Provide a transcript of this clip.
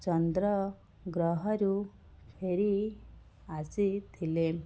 ଚନ୍ଦ୍ରଗ୍ରହରୁ ଫେରି ଆସିଥିଲେ